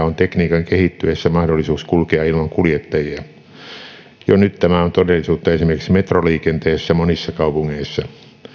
on tekniikan kehittyessä mahdollisuus kulkea ilman kuljettajia jo nyt tämä on todellisuutta esimerkiksi metroliikenteessä monissa kaupungeissa